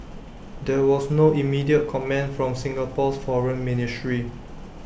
there was no immediate comment from Singapore's foreign ministry